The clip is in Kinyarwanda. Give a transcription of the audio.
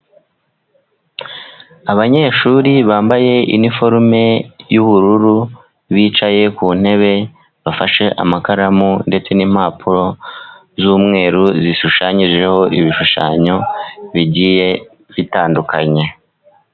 Abanyeshuri bambaye iniforume y'ubururu bicaye ku ntebe, bafashe amakaramu ndetse n'impapuro z'umweru zishushanyijeho ibishushanyo bigiye bitandukanye.